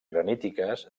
granítiques